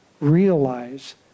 realize